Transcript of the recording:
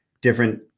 different